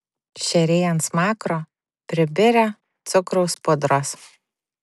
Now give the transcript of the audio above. šeriai ant smakro pribirę cukraus pudros